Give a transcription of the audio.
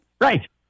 Right